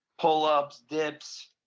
pull-ups, dips.